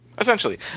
Essentially